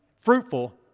fruitful